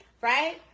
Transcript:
right